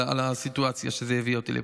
על הסיטואציה שהביאה אותי לפה.